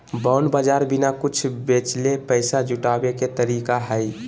bond बाज़ार बिना कुछ बेचले पैसा जुटाबे के तरीका हइ